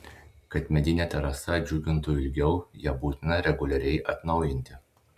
kad medinė terasa džiugintų ilgiau ją būtina reguliariai atnaujinti